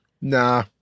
Nah